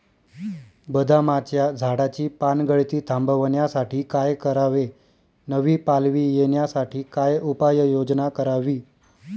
बदामाच्या झाडाची पानगळती थांबवण्यासाठी काय करावे? नवी पालवी येण्यासाठी काय उपाययोजना करावी?